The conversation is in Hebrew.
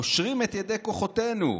קושרים את ידי כוחותינו.